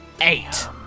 Eight